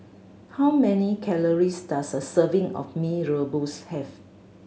how many calories does a serving of Mee Rebus have